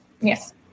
Yes